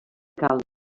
calç